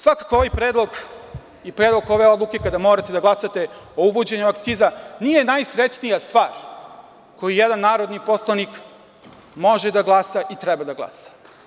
Svakako ovaj predlog i predlog ove odluke kada morate da glasate o uvođenju akciza nije najsrećnija stvar koju jedan narodni poslanik može da glasa i treba da glasa.